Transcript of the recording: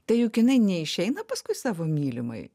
tai juk jinai neišeina paskui savo mylimąjį